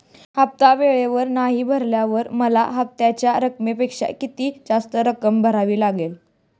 हफ्ता वेळेवर नाही भरल्यावर मला हप्त्याच्या रकमेपेक्षा किती जास्त रक्कम भरावी लागेल?